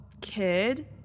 kid